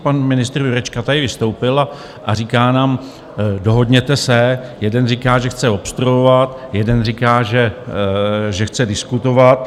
Pan ministr Jurečka tady vystoupil a říká nám: Dohodněte se jeden říká, že chce obstruovat, jeden říká, že chce diskutovat.